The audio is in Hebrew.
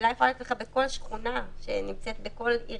תפילה יש לך בכל שכונה שנמצאת בכל עירייה.